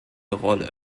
rolle